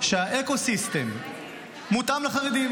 שהאקו סיסטם יהיה מותאם לחרדים.